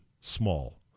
small